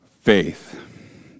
faith